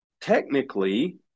technically